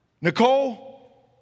Nicole